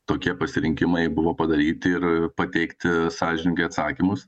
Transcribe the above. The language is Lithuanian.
tokie pasirinkimai buvo padaryti ir pateikti sąžiningai atsakymus